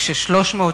כשבסופו של המהלך,